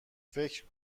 فکر